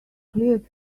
cleared